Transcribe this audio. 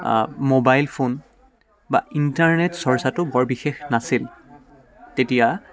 mobile phone বা internet চৰ্চাটো বৰ বিশেষ নাছিল তেতিয়া